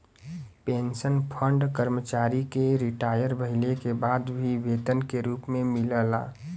pension fund कर्मचारी के retire भइले के बाद भी वेतन के रूप में मिलला